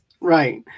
right